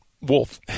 Wolf